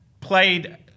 played